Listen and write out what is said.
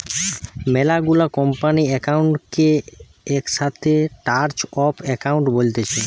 মেলা গুলা কোম্পানির একাউন্ট কে একসাথে চার্ট অফ একাউন্ট বলতিছে